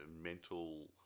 mental